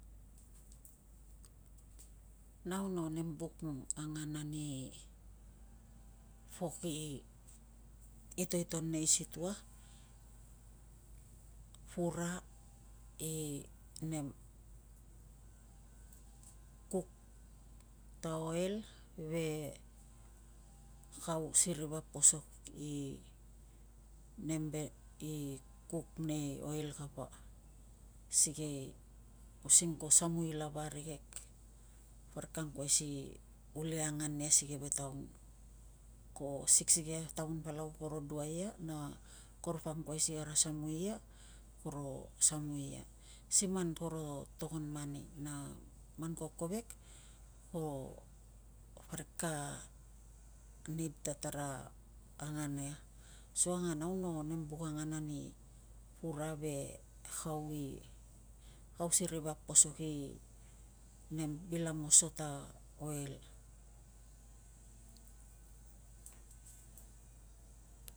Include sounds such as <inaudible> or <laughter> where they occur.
Nau no nem buk angan ani pok i itoiton nei situa, pura i kuk ta oil ve kau siri vap posok i <hesitation> kuk nei oil kapa, sikei using ko samui lava arikek, parik ka angkuai si uli angan nia si keve taun. Ko siksikei a taun palau koro duai ia na koro pa angkuai si kara samui ia, koro samui ia- koro samui siman koro togon mani na man ko kovek ko parik ka nid ta tara angan ia. Asukang a nau no nem buk angan ani pura ve kau <hesitation> si ri vap posok i nem bil a moso ta oil.